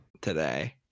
today